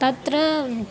तत्र